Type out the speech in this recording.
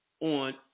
on